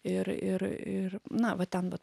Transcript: ir ir ir na va ten va